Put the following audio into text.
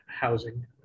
Housing